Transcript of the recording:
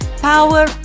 power